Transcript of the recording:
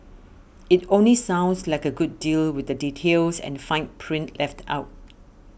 it only sounds like a good deal with the details and fine print left out